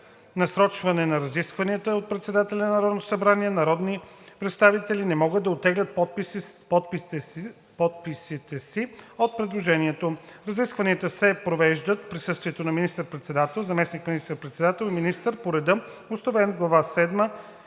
насрочване на разискванията от председателя на Народното събрание народни представители не могат да оттеглят подписите си от предложението. Разискванията се провеждат в присъствието на министър-председателя, заместник министър-председател или министър по реда, установен в Глава